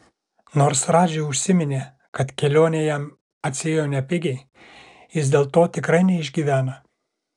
nors radži užsiminė kad kelionė jam atsiėjo nepigiai jis dėl to tikrai neišgyvena